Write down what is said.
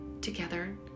together